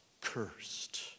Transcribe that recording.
Cursed